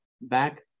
back